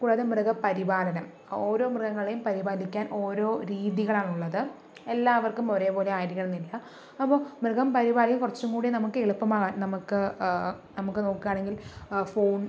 കൂടാതെ മൃഗ പരിപാലനം ഒരോ മൃഗങ്ങളെയും പരിപാലിക്കാൻ ഒരോ രീതികളാണ് ഉള്ളത് എല്ലാവർക്കും ഒരേപോലെ ആയിരിക്കണന്നില്ല അപ്പോൾ മൃഗം പരിപാലിക്കാൻ കുറച്ചും കൂടി നമുക്ക് എളുപ്പമാകാൻ നമുക്ക് നമുക്ക് നോക്കുകയാണെങ്കിൽ ഫോൺ